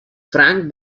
frank